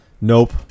nope